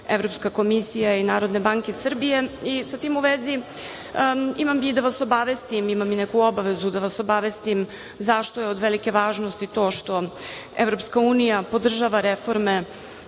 Evropska komisija i Narodne banke Srbije, i sa tim u vezi imam i da vas obavestim, imam i neku obavezu da vas obavestim zašto je od velike važnosti to što EU podržava reforme